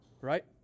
Right